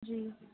جی